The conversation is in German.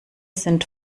sind